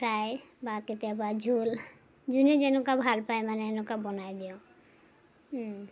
fry বা কেতিয়াবা জোল যোনে যেনেকুৱা ভাল পায় মানে এনেকুৱা বনাই দিওঁ